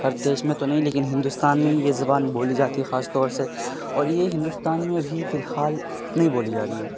ہر دیش میں تو نہیں لیکن ہندوستان میں یہ زبان بولی جاتی ہے خاص طور سے اور یہ ہندوستان میں ابھی فی الحال نہیں بولی جا رہی ہے